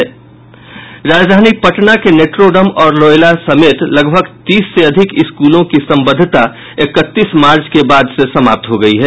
राजधानी पटना के नोट्रेडम और लोयला समेत लगभग तीस से अधिक स्कूलों की संबद्धता इकतीस मार्च के बाद से समाप्त हो गयी है